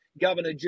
Governor